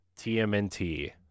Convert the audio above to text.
TMNT